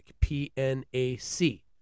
P-N-A-C